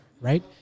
right